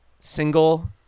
single